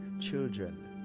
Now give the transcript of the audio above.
children